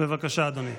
בבקשה, אדוני,